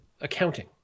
accounting